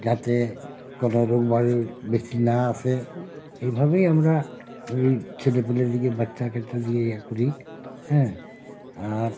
যাতে কোনও রোগ বাড়ি বেশি না আসে এইভাবেই আমরা এই ছেলে পেলেদিকে বাচ্চা কাচ্চা দিয়ে ইয়ে করি হ্যাঁ আর